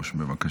בבקשה.